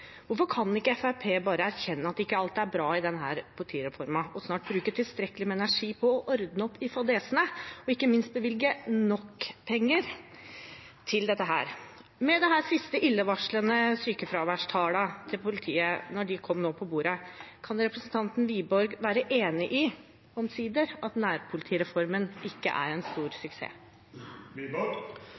Hvorfor kan ikke Fremskrittspartiet bare erkjenne at ikke alt er bra i politireformen, og snart bruke tilstrekkelig med energi på å ordne opp i fadesene – og ikke minst bevilge nok penger til dette? Med tanke på disse siste illevarslende sykefraværstallene til politiet som kom på bordet: Kan representanten Wiborg være enig i – omsider – at nærpolitireformen ikke er en stor suksess?